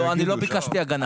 לא, אני לא ביקשתי הגנה.